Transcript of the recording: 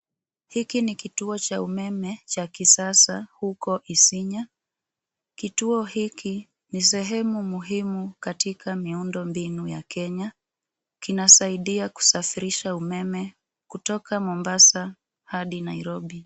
Hiki ni kituo cha umeme cha kisasa huko Isinya. Kituo hiki ni sehemu muhimu katika miundo mbinu ya Kenya, kinasaidia kusafirisha umeme kutoka Mombasa hadi Nairobi.